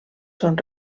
són